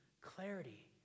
clarity